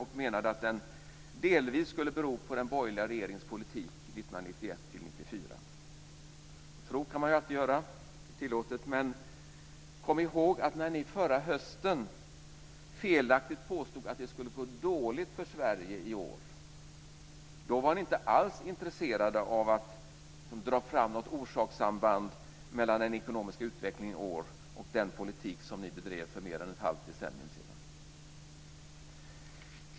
Han menade att den delvis skulle bero på den borgerliga regeringens politik 1991-94. Tro kan man ju alltid göra, det är tillåtet. Men kom ihåg att när ni förra hösten felaktigt påstod att det skulle gå dåligt för Sverige i år var ni inte alls intresserade av att dra fram något orsakssamband mellan den ekonomiska utvecklingen i år och den politik som ni bedrev för mer än ett halvt decennium sedan.